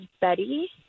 Betty